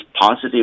positive